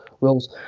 rules